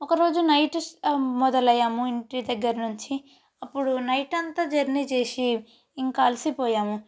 ఒకరోజు నైట్ మొదలయ్యాము ఇంటి దగ్గర నుంచి అప్పుడు నైట్ అంతా జర్నీ చేసి ఇంక అలిసిపోయాము